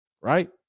right